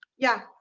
yeah.